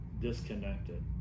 disconnected